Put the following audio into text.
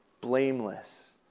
blameless